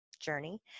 journey